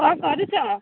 କ'ଣ କରୁଛ